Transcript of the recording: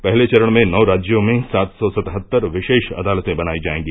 पहले चरण में नौ राज्यों में सात सौ सतहत्तर विशेष अदालतें बनाई जाएगी